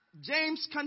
James